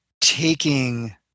taking